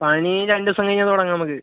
പണി രണ്ടു ദിവസം കഴിഞ്ഞു തുടങ്ങാം നമുക്ക്